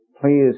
please